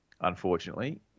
unfortunately